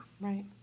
Right